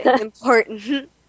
important